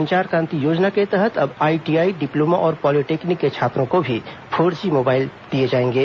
संचार क्रांति योजना के तहत अब आईटीआई डिप्लोमा और पॉलीटेक्निक के छात्रों को भी फोर जी मोबाइल फोन दिए जाएंगे